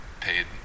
paid